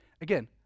Again